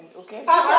okay